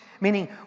Meaning